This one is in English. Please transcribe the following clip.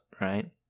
right